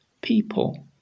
people